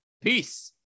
Peace